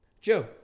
Joe